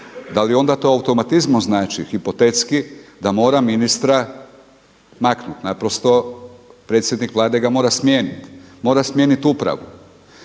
da li to onda automatizmom znači hipotetski da mora ministra maknuti? Naprosto predsjednik Vlade ga mora smijeniti. Mora smijeniti upravu.